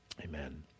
Amen